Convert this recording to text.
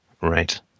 Right